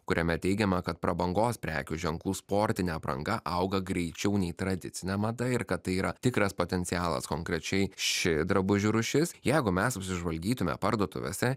kuriame teigiama kad prabangos prekių ženklų sportinė apranga auga greičiau nei tradicinė mada ir kad tai yra tikras potencialas konkrečiai ši drabužių rūšis jeigu mes apsižvalgytume parduotuvėse